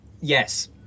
Yes